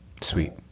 Sweet